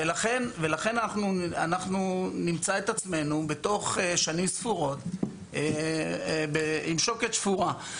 ולכן אנחנו נמצא את עצמנו בתוך שנים ספורות בשוקת שבורה.